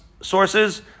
sources